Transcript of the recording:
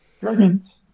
dragons